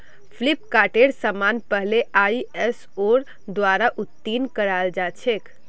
फ्लिपकार्टेर समान पहले आईएसओर द्वारा उत्तीर्ण कराल जा छेक